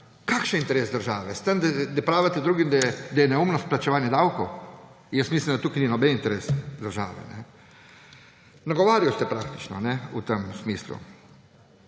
Kakšen interes? To, da pravite drugim, da je neumnost plačevanje davkov?! Jaz mislim, da tukaj ni noben interes države. Nagovarjali ste praktično v tem smislu.